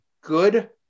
good